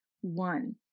One